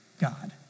God